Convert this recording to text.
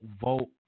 vote